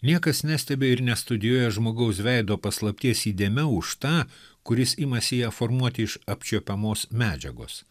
niekas nestebi ir nestudijuoja žmogaus veido paslapties įdėmiau už tą kuris imasi ją formuoti iš apčiuopiamos medžiagos